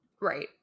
Right